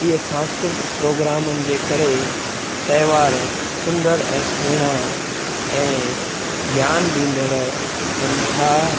इहो सांस्कृतिक प्रोग्रामनि जे करे त्योहार सुंदर ऐं सुहिणां ऐं ज्ञान ॾींदड़ थियनि था